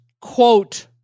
quote